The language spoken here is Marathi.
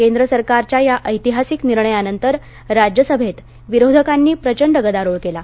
केंद्र सरकारच्या या ऐतिहासिक निर्णयानंतर राज्यसभेत विरोधकांनी प्रचंड गदारोळ केला